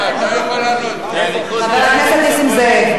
חבר הכנסת נסים זאב,